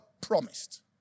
promised